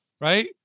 right